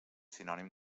sinònim